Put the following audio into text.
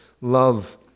love